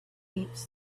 heaps